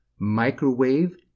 Microwave